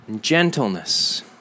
gentleness